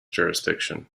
jurisdiction